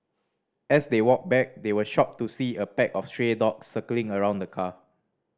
as they walked back they were shocked to see a pack of stray dogs circling around the car